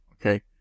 okay